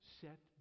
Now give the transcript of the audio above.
set